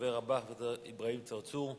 הדובר הבא, חבר הכנסת אברהים צרצור.